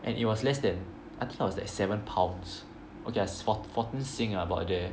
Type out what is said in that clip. and it was less than I think it was like seven pounds okay ah four~ fourteen sing ah about there